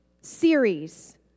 series